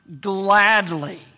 Gladly